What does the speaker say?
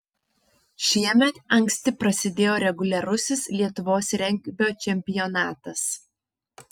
šiemet anksti prasidėjo reguliarusis lietuvos regbio čempionatas